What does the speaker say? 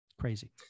Crazy